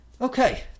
Okay